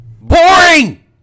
Boring